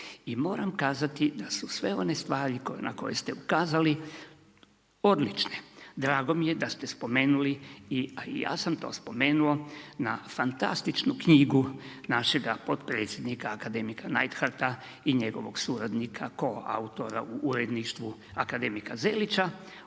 i moram kazati da su sve one stvari na koje ste ukazali odlične. Drago mi je da ste spomenuli i ja sam to spomenuo na fantastičnu knjigu našega potpredsjednika akademika Neidhardta i njegova suradnika koautora u uredništvu akademika Zelića